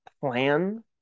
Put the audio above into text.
plan